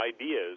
ideas